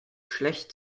schlecht